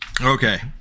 okay